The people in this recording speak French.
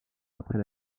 après